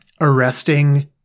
arresting